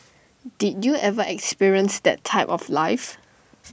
did you ever experience that type of life